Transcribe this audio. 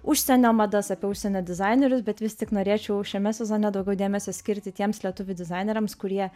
užsienio madas apie užsienio dizainerius bet vis tik norėčiau šiame sezone daugiau dėmesio skirti tiems lietuvių dizaineriams kurie